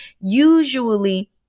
Usually